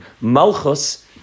Malchus